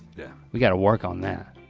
yeah. we gotta work on that.